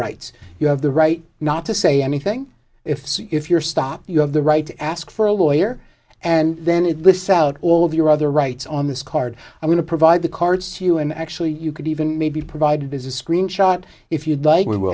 rights you have the right not to say anything if so if you're stopped you have the right to ask for a lawyer and then it lists out all of your other rights on this card i'm going to provide the cards to you and actually you could even maybe provide business screenshot if you'd like we were